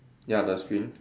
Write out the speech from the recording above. ya the screen